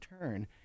turn